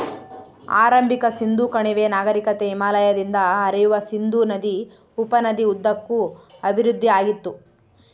ಆರಂಭಿಕ ಸಿಂಧೂ ಕಣಿವೆ ನಾಗರಿಕತೆ ಹಿಮಾಲಯದಿಂದ ಹರಿಯುವ ಸಿಂಧೂ ನದಿ ಉಪನದಿ ಉದ್ದಕ್ಕೂ ಅಭಿವೃದ್ಧಿಆಗಿತ್ತು